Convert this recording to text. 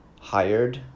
hired